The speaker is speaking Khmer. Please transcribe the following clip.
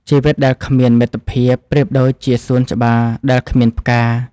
ជីវិតដែលគ្មានមិត្តភាព ប្រៀបដូចជាសួនច្បារដែលគ្មានផ្កា។